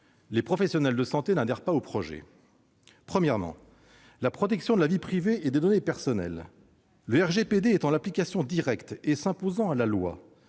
les professionnels de santé n'adhèrent pas au projet. S'agissant, premièrement, de la protection de la vie privée et des données personnelles, le RGPD étant d'application directe et s'imposant à la loi,